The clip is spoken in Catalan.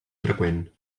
freqüent